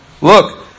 look